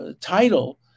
title